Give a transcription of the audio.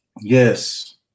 Yes